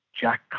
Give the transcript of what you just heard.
Jack